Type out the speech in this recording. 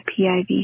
PIV